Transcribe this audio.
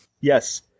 Yes